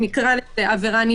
בעבירות קורונה,